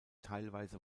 teilweise